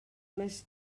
més